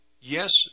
Yes